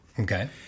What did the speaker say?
Okay